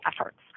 efforts